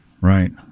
Right